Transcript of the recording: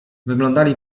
wyglądali